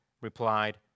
replied